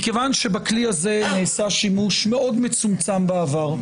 כיוון שבכלי הזה נעשה שימוש מאוד מצומם בעבר,